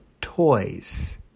toys